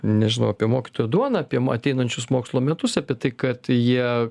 nežinau apie mokytojo duoną apie ateinančius mokslo metus apie tai kad jie